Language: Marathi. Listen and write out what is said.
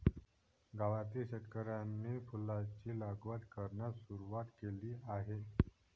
गावातील शेतकऱ्यांनी फुलांची लागवड करण्यास सुरवात केली आहे